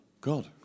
God